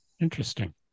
Interesting